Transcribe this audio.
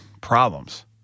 problems